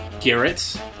garrett